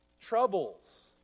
troubles